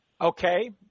Okay